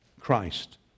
Christ